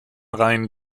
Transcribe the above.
rein